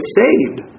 saved